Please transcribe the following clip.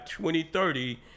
2030